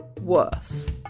worse